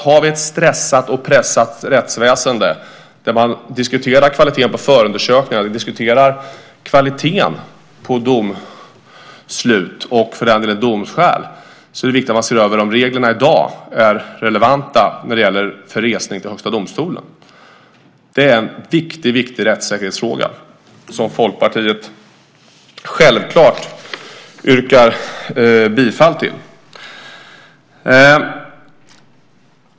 Har vi ett stressat och pressat rättsväsende, där man diskuterar kvaliteten på förundersökningarna och kvaliteten på domslut och för den delen domsskäl, är det viktigt att vi ser över om reglerna i dag är relevanta när det gäller resning till Högsta domstolen. Det är en mycket viktig rättssäkerhetsfråga, som Folkpartiet självklart yrkar bifall till.